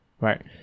right